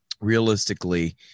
realistically